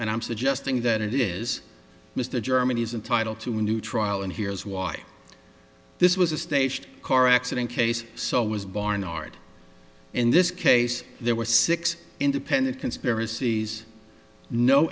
and i'm suggesting that it is mr germany's entitled to a new trial and here's why this was a staged car accident case so was barnard in this case there were six independent conspiracies no